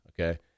okay